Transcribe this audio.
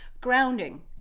grounding